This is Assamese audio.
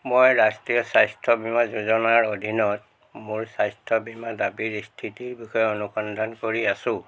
মই ৰাষ্ট্ৰীয় স্বাস্থ্য বীমা যোজনাৰ অধীনত মোৰ স্বাস্থ্য বীমা দাবীৰ স্থিতিৰ বিষয়ে অনুসন্ধান কৰি আছোঁ